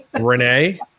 Renee